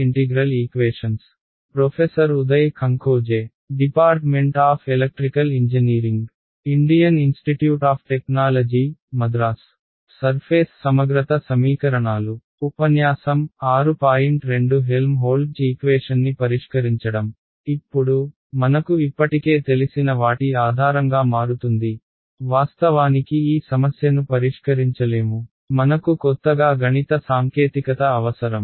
ఇప్పుడు మనకు ఇప్పటికే తెలిసిన వాటి ఆధారంగా మారుతుంది వాస్తవానికి ఈ సమస్యను పరిష్కరించలేము మనకు కొత్తగా గణిత సాంకేతికత అవసరం